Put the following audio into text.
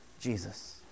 Jesus